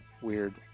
Weird